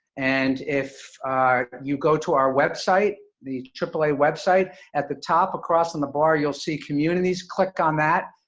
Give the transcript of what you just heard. and if you go to our website, the aaa website, at the top across on the bar, you'll see communities, click on that.